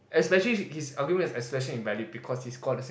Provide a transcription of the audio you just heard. especially in